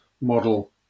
model